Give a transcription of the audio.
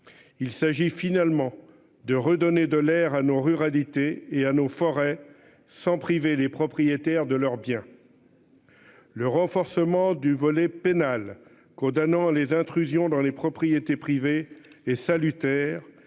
Il s'agit finalement de redonner de l'air à nos ruralité et à nos forêts sans priver les propriétaires de leurs biens. Le renforcement du volet pénal condamnant les intrusions dans les propriétés privées et salutaire